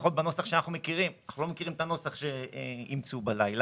לפחות בנוסח שאנחנו מכירים כי אנחנו לא מכירים את הנוסח שאימצו בלילה,